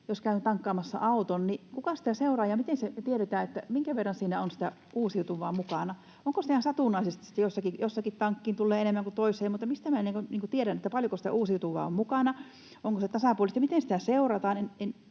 jos käyn tankkaamassa auton, niin kuka sitä seuraa ja miten tiedetään, minkä verran siinä on sitä uusiutuvaa mukana. Onko sitä ihan satunnaisesti, niin että jossakin tankkiin tulee enemmän kuin toiseen? Mistä tiedän, paljonko sitä uusiutuvaa on mukana? Onko se tasapuolisesti, ja miten sitä seurataan?